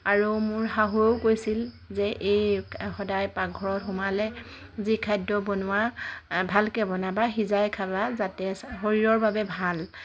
আৰু মোৰ শাহুৱেও কৈছিল যে এই সদায় পাকঘৰত সোমালে যি খাদ্য বনোৱা ভালকৈ বনাবা সিজাই খাবা যাতে চা শৰীৰৰ বাবে ভাল